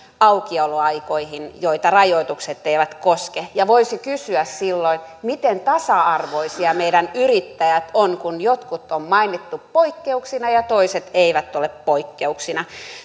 aukioloaikoihin joita rajoitukset eivät koske ja voisi kysyä silloin miten tasa arvoisia meidän yrittäjät ovat kun jotkut on mainittu poikkeuksina ja toiset eivät ole poikkeuksina